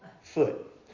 foot